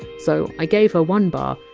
so i gave her one bar,